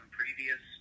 previous